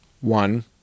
One